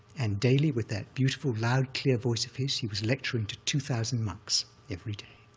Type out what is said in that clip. and daily, with that beautiful, loud, clear voice of his, he was lecturing to two thousand monks every day.